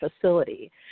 facility